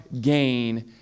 gain